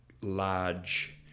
large